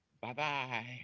Bye-bye